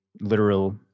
literal